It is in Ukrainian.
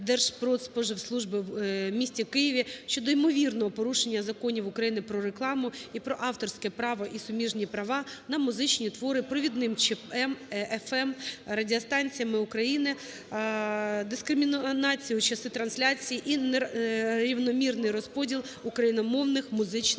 Держпродспоживслужби в місті Києві щодо імовірного порушення Законів України "Про рекламу" і "Про авторське право і суміжні права" на музичні твори провідними ЧМ (ФМ) радіостанціями України, дискримінації у часі трансляції і нерівномірний розподіл україномовних музичних творів.